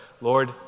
Lord